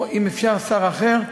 או אם אפשר שר אחר.